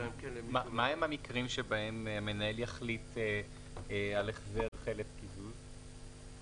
מה הם המקרים שבהם המנהל יחליט בדבר החזר חלף קיזוז?